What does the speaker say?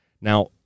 Now